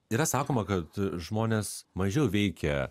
yra sakoma kad žmones mažiau veikia